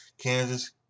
Kansas